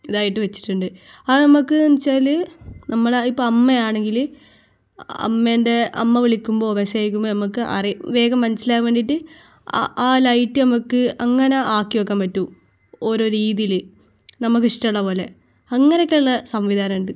ഇതായിട്ട് വെച്ചിട്ടുണ്ട് അത് നമുക്ക് എന്ന് വെച്ചാൽ നമ്മളെ ഇപ്പം അമ്മയാണെങ്കിൽ അമ്മേൻ്റെ അമ്മ വിളിക്കുമ്പോൾ മെസ്സേജയയ്ക്കുമ്പോൾ നമുക്ക് അറി വേഗം മനസ്സിലാകാൻ വേണ്ടീട്ട് ആ ആ ലൈറ്റ് നമുക്ക് അങ്ങനെ ആക്കി വെക്കാൻ പറ്റൂ ഓരോ രീതിയിൽ നമുക്കിഷ്ടമുള്ള പോലെ അങ്ങനൊക്കെ ഉള്ള സംവിധാനം ഉണ്ട്